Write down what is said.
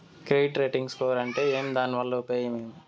Credit rating score అంటే ఏమి దాని వల్ల ఉపయోగం ఏమి?